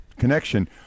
connection